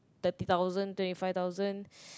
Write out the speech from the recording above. thirty thousand twenty five thousand